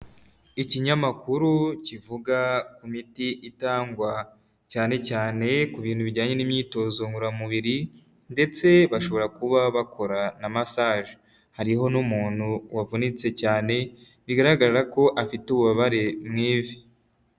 Ikinyamakuru kivuga ku miti itangwa, cyane cyane ku bintu bijyanye n'imyitozo ngororamubiri, ndetse bashobora kuba bakora na masaje, hariho n'umuntu wavunitse cyane bigaragara ko afite ububabare mu ivi.